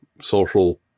social